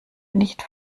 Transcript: nicht